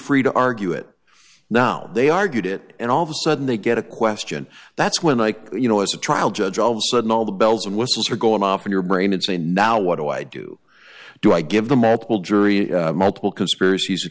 free to argue it now they argued it and all of a sudden they get a question that's when i you know as a trial judge all of a sudden all the bells and whistles are going off in your brain and say now what do i do do i give the medical jury multiple conspiracies